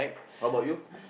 how about you